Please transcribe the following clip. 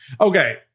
Okay